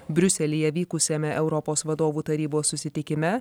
briuselyje vykusiame europos vadovų tarybos susitikime